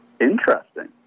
Interesting